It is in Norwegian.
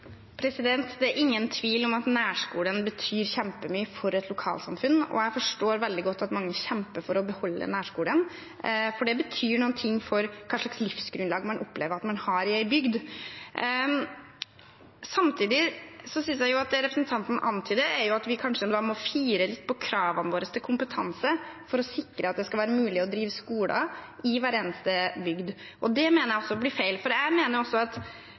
Det er ingen tvil om at nærskolen betyr kjempemye for et lokalsamfunn, og jeg forstår veldig godt at mange kjemper for å beholde nærskolen, for det betyr noe for hva slags livsgrunnlag man opplever at man har i en bygd. Samtidig synes jeg at det representanten antyder, er at vi kanskje da må fire litt på kravene våre til kompetanse for å sikre at det skal være mulig å drive skoler i hver eneste bygd, og det mener jeg også blir feil. Jeg mener at barn som vokser opp på små steder med små skoler, også har rett til at